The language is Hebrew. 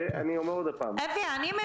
שאני אומר עוד פעם --- סליחה.